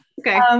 Okay